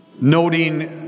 Noting